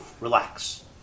Relax